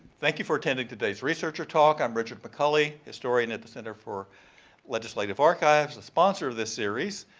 thank you for attending today's researcher talk. i am richard mcculley, historian, at the center for legislative archives, the sponsor of this series.